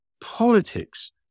politics